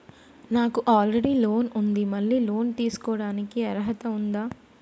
నాకు already loan ఉండి మళ్ళీ లోన్ తీసుకోవడానికి అర్హత ఉందా?